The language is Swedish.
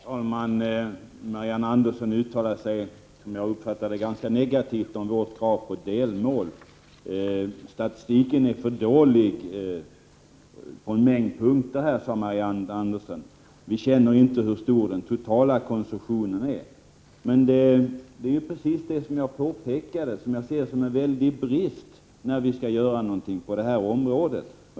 Herr talman! Marianne Andersson uttalade sig som jag uppfattade det ganska negativt om vårt krav på delmål. Statistiken är för dålig på en mängd punkter, sade Marianne Andersson. Vi känner inte till hur stor den totala konsumtionen är. Det är ju precis det som jag påpekat som en väldig brist när vi skall göra någonting på det här området.